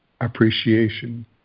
appreciation